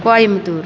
Coimbatore